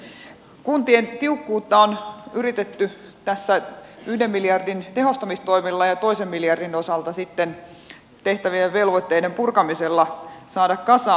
kun tien tiukkuutta on yritetty tässä yhden miljardin tehostamistoimilla ja toinen miljardi on sitten yritetty tehtävien velvoitteiden purkamisella saada kasaan